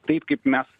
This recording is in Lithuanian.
taip kaip mes